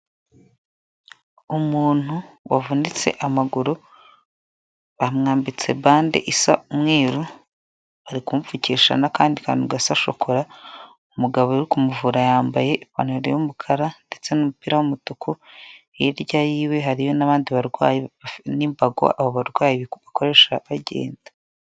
Umuntu wavunitse amaguru bamwambitse bande isa umweru, bari kumpfukisha n'akandi kantu gasa shokora, umugabo uri kumuvura yambaye ipantaro y'umukara ndetse n'umupira w'umutuku, hirya yiwe hariyo n'abandi barwayi n'imbago abo barwayi bakoresha bagenda.